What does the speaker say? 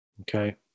Okay